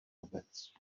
obec